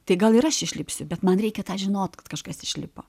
tai gal ir aš išlipsiu bet man reikia tą žinot kad kažkas išlipa